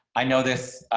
i know this,